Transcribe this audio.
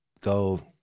go